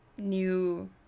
new